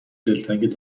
دلتنگ